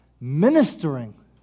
ministering